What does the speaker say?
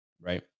right